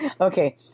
Okay